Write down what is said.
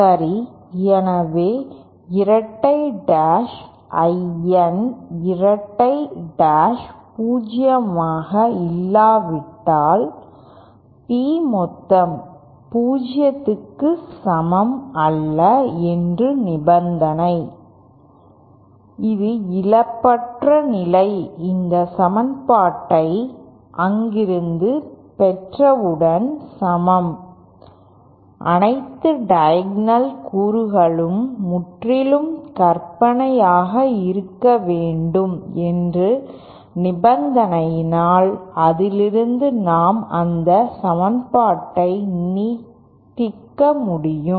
சரி எனவே இரட்டை டாஷ் IN இரட்டை டாஷ் பூஜ்ஜியமாக இல்லாவிட்டால்P மொத்தம் 0 க்கு சமம் அல்ல என்ற நிபந்தனை இது இழப்பற்ற நிலை இந்த சமன்பாட்டை அங்கிருந்து பெற்றவுடன் சமம் அனைத்து டயகோணல் கூறுகளும் முற்றிலும் கற்பனையாக இருக்க வேண்டும் என்ற நிபந்தனையினால் அதிலிருந்து நாம் அந்த சமன்பாட்டை நீட்டிக்க முடியும்